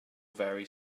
very